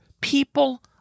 people